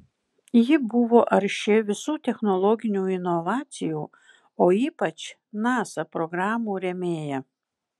ji buvo arši visų technologinių inovacijų o ypač nasa programų rėmėja